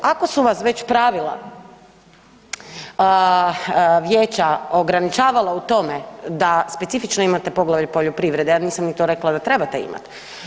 Ako su vas već pravila vijeća ograničavala u tome da specifično imate poglavlje poljoprivrede, ja nisam ni to rekla da trebate imat.